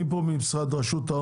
מי נמצא פה מרשות ההון?